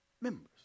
members